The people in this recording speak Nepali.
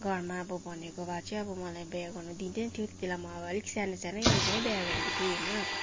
घरमा अब भनेको भए चाहिँ अब मलाई बिहा गर्न दिँदैन्थ्यो त्यति बेला म अब अलिक सानो सानै एजमै बिहा गरेको थिएँ होइन